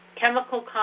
chemical